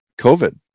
COVID